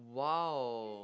!wow!